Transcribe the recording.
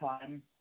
time